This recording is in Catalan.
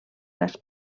cas